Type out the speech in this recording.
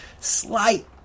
slight